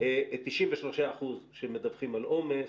93 אחוזים מדווחים על עומס,